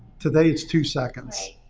today it's two seconds.